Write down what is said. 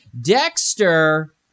Dexter